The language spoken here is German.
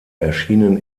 erschienen